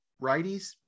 righties